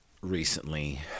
recently